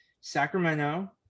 sacramento